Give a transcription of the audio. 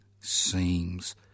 seems